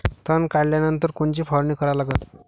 तन काढल्यानंतर कोनची फवारणी करा लागन?